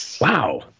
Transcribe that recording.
Wow